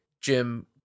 jim